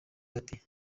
ati